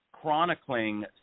chronicling